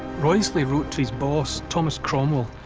wriothesley wrote to his boss, thomas cromwell,